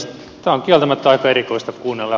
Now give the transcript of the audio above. tätä on kieltämättä aika erikoista kuunnella